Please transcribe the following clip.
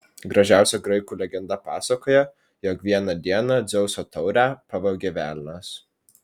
gražiausia graikų legenda pasakoja jog vieną dieną dzeuso taurę pavogė velnias